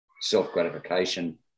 self-gratification